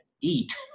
eat